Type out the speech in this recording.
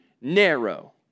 narrow